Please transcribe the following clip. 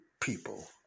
people